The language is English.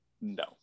No